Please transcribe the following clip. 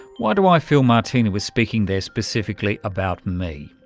why do i feel martina was speaking there specifically about me?